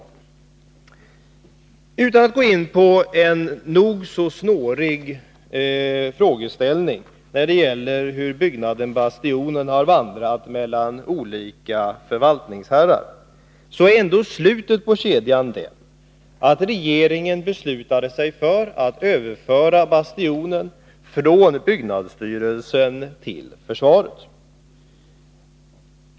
Jag skall inte närmare gå in på den nog så snåriga frågeställningen hur byggnaden Bastionen har vandrat mellan olika förvaltningsherrar, men slutet på kedjan är att regeringen beslutade sig för att överföra Bastionen från byggnadsstyrelsen till försvaret.